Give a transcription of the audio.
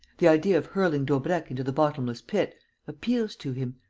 the idea of hurling daubrecq into the bottomless pit appeals to him.